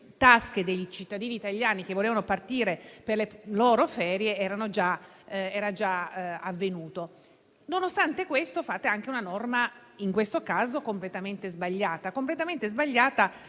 Nonostante questo, fate anche una norma, in questo caso, completamente sbagliata,